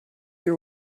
your